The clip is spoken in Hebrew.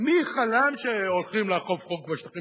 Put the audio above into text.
ומי חלם שהולכים לאכוף חוק בשטחים?